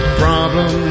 problem